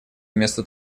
вместо